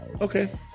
Okay